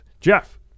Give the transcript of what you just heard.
jeff